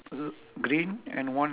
put his hand on the